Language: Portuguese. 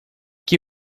que